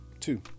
Two